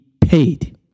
paid